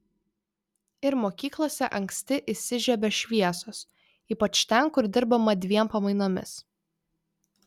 ir mokyklose anksti įsižiebia šviesos ypač ten kur dirbama dviem pamainomis